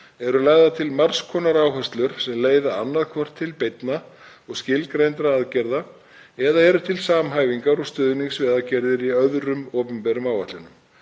eru lagðar til margs konar áherslur sem leiða annaðhvort til beinna og skilgreindra aðgerða eða eru til samhæfingar og stuðnings við aðgerðir í öðrum opinberum áætlunum.